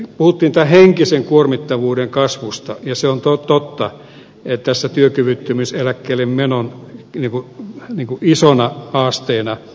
täällä puhuttiin henkisen kuormittavuuden kasvusta ja se on totta työkyvyttömyyseläkkeellemenon isona haasteena